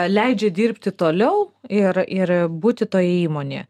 leidžia dirbti toliau ir ir būti toje įmonėje